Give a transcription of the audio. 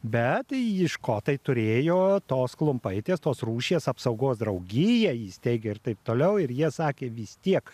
bet jį škotai turėjo tos klumpaitės tos rūšies apsaugos draugiją įsteigę ir taip toliau ir jie sakė vis tiek